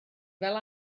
fel